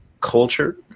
culture